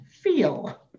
feel